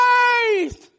Faith